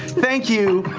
thank you,